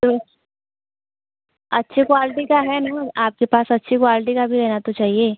तो अच्छे क्वाल्टी का है ना आपके अच्छी क्वाल्टी का भी रहना तो चाहिए